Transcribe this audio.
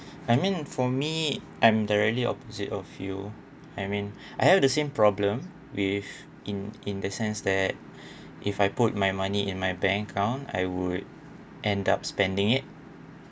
I mean for me I am directly opposite of you I mean I have the same problem with in in the sense that if I put my money in my bank account I would end up spending it